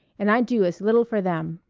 and i'd do as little for them.